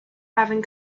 having